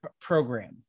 program